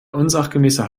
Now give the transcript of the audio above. unsachgemäßer